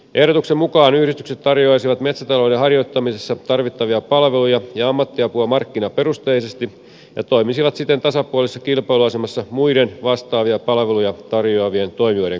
ehdotuksen mukaan yhdistykset tarjoaisivat metsätalouden harjoittamisessa tarvittavia palveluja ja ammattiapua markkinaperusteisesti ja toimisivat siten tasapuolisessa kilpailuasemassa muiden vastaavia palveluja tarjoavien toimijoiden kanssa